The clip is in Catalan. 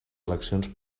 eleccions